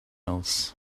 else